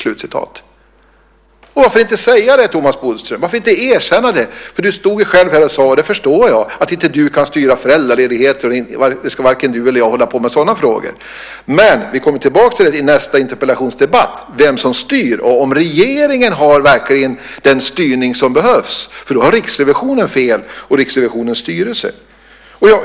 Varför inte säga det, Thomas Bodström? Varför inte erkänna det? Du stod själv här och sade, och det förstår jag, att du inte kan styra föräldraledigheter, och varken du eller jag ska hålla på med sådana frågor. Vi kommer tillbaka i nästa interpellationsdebatt till vem som styr och om regeringen verkligen har den styrning som behövs. Då har Riksrevisionen och Riksrevisionens styrelse fel.